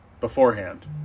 beforehand